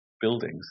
buildings